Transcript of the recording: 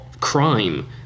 crime